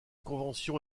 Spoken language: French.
convention